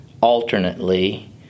alternately